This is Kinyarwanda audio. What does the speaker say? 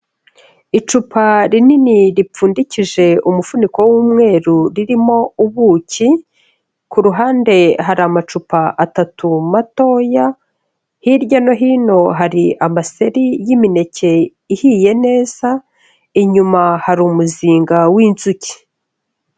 Icupa rinini ripfundikije umufuniko w'umweru ririmo ubuki, ku ruhande hari amacupa atatu matoya, hirya no hino hari amaseri y'imineke ihiye neza, inyuma hari umuzinga w'inzuki.